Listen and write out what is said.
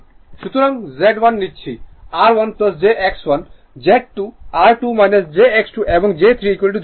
সুতরাং Z1 নিচ্ছি R1 jX1 Z2 R2 jX2 এবং Z 3 ধরুন R3